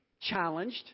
challenged